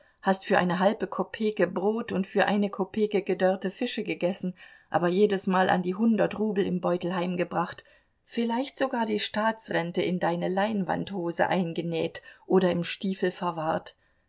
hast für eine halbe kopeke brot und für eine kopeke gedörrte fische gegessen aber jedesmal an die hundert rubel im beutel heimgebracht vielleicht sogar die staatsrente in deine leinwandhose eingenäht oder im stiefel verwahrt